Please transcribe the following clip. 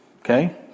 Okay